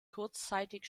kurzzeitig